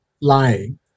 lying